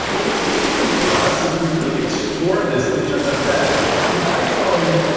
what was interesting for us is we really explored this and it turns out that the iphone,